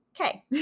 Okay